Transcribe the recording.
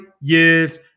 years